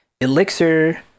Elixir